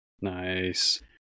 Nice